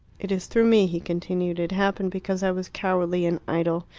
it is through me, he continued. it happened because i was cowardly and idle.